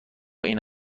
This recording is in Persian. این